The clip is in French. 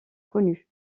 connues